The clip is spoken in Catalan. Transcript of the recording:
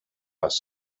les